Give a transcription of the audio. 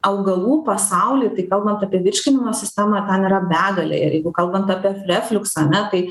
augalų pasaulį tai kalbant apie virškinimo sistemą ten yra begalė ir jeigu kalbant apie refliuksą ane tai